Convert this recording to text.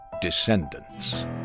Descendants